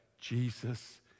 Jesus